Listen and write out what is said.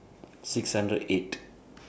six hundred eight